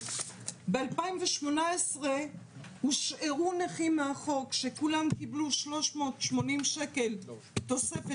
ב-2018 הושארו נכים מאחור כשכולם קיבלו 380 שקל תוספת,